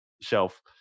shelf